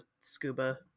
scuba